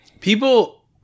people